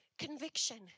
conviction